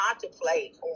contemplate